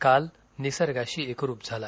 काल निसर्गाशी एकरूप झाला